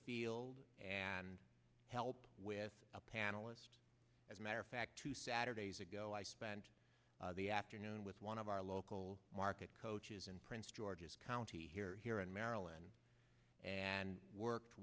field and help with a panelist as a matter of fact two saturdays ago i spent the afternoon with one of our local market coach is in prince george's county here here in maryland and worked